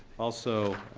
also,